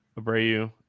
Abreu